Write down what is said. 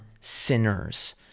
sinners